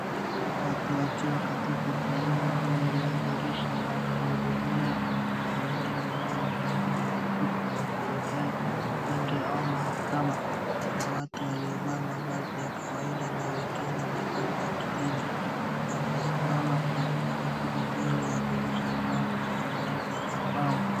Watu wakiwa katika foleni mbele ya dirisha la kuhudumia katika eneo linalofanana na ofisi ya serikali, benki, au mahakama. Kuna watu waliovaa mavazi ya kawaida na wengine mavazi ya kidini. Wamesimama kwa utaratibu mbele ya dirisha ambalo lina baraza la mbao.